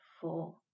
four